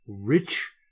rich